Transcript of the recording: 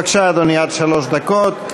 בבקשה, אדוני, עד שלוש דקות.